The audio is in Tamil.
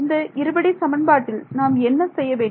இந்த இருபடி சமன்பாட்டில் நாம் என்ன செய்ய வேண்டும்